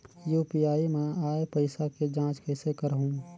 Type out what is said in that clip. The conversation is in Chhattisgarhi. यू.पी.आई मा आय पइसा के जांच कइसे करहूं?